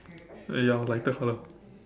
ya lighter colour